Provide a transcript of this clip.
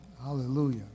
Hallelujah